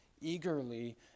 eagerly